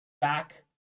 back